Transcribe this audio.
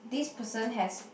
this person has